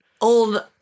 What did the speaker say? Old